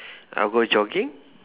I'll go jogging